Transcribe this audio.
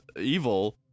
evil